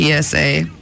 PSA